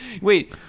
Wait